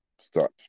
start